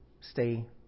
stay